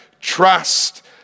trust